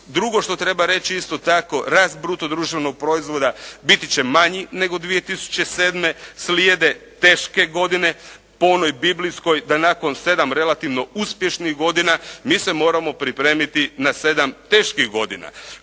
Drugo što treba reći isto tako, rast bruto društvenog proizvoda biti će manji nego 2007. Slijede teške godine, po onoj biblijskoj da nakon sedam relativno uspješnih godina mi se moramo pripremiti na sedam teških godina.